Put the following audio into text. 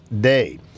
day